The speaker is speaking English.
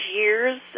years